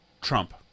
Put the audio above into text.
Trump